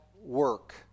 work